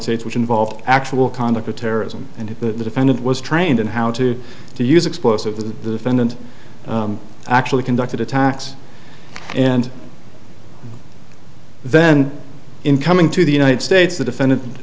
states which involved actual conduct or terrorism and if the defendant was trained in how to to use explosive the pendent actually conducted attacks and then in coming to the united states the defendant